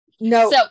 no